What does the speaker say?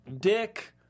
Dick